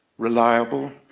reliable,